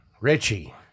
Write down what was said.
Richie